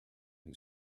who